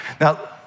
Now